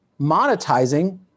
monetizing